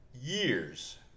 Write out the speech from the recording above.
years